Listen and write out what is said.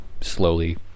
slowly